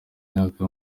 myaka